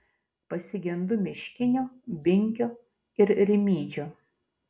pasigendu miškinio binkio ir rimydžio